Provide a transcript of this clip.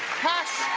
cash,